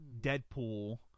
Deadpool